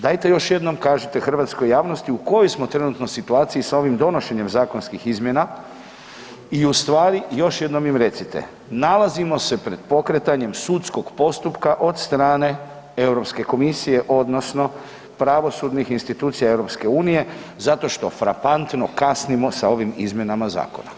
Dajte još jednom kažite hrvatskoj javnosti u kojoj smo trenutno situaciji sa ovim donošenjem zakonskih izmjena i ustvari još jednom im recite, nalazimo se pred pokretanjem sudskog postupka od strane Europske komisije odnosno pravosudnih institucija EU zato što frapantno kasnimo sa ovim izmjenama zakona.